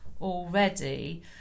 already